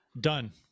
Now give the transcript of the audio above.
Done